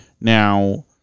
Now